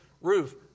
roof